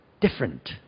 different